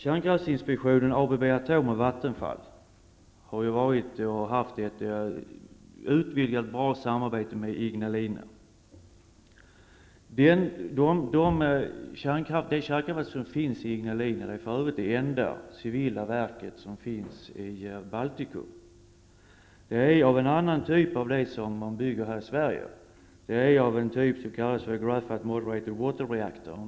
Kärnkraftinspektionen, ABB Atom och Vattenfall har haft ett utvidgat och bra samarbete med Ignalina. Det kärnkraftverk som finns i Ignalina är för övrigt det enda civila verk som finns i Baltikum. Det är av en annan typ än de kärnkraftverk som byggs här i Sverige. Det är av den typ som kallas Graphite Moderator Water Reactor.